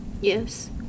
Yes